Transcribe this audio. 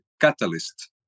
catalyst